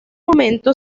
momento